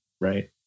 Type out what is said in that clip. right